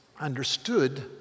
understood